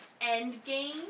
endgame